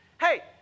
Hey